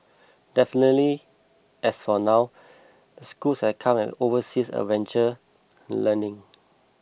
definitely as for now the schools have come overseas adventure learning